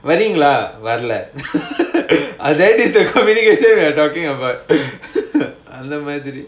வரீங்களா:vareengalaa lah வரல:varala that is their communication we're talking about அந்த மாதிரி:andha maadhiri